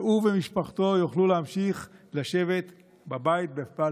והוא ומשפחתו יוכלו להמשיך לשבת בבית בבלפור.